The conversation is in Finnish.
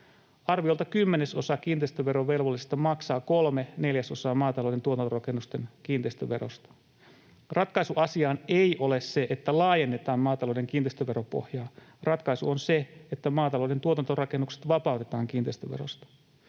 Arviolta kymmenesosa kiinteistöverovelvollisista maksaa kolme neljäsosaa maatalouden tuotantorakennusten kiinteistöverosta. Ratkaisu asiaan ei ole se, että laajennetaan maatalouden kiinteistöveropohjaa. Ratkaisu on se, että maatalouden tuotantorakennukset vapautetaan kiinteistöverosta.